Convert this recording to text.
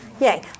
Yay